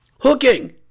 Hooking